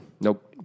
Nope